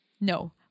no